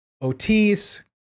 Otis